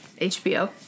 HBO